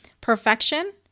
perfection